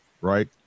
Right